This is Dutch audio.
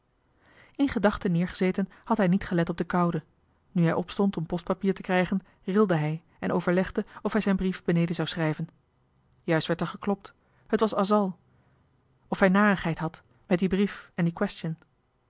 in gedachten neergezeten had hij niet gelet op de koude nu hij opstond om postpapier te krijgen rilde hij en overlegde of hij zijn brief beneden zou schrijven juist werd er geklopt het was asal of hij narigheid had met dien brief en die